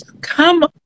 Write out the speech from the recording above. come